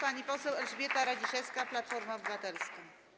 Pani poseł Elżbieta Radziszewska, Platforma Obywatelska.